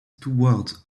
towards